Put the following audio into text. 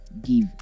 give